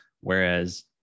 Whereas